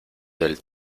del